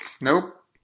Nope